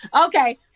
Okay